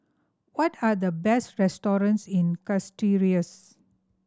what are the best restaurants in Castries